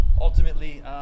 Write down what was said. ultimately